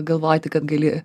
galvoti kad gali